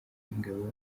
w’ingabo